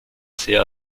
sehr